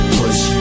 push